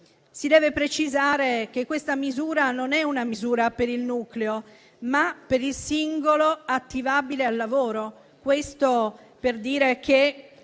Si deve precisare che questa è una misura non per il nucleo, ma per il singolo attivabile al lavoro: questo per dire che,